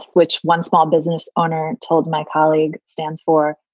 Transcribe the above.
which one small business owner told my colleague stands for.